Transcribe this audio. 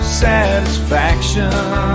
satisfaction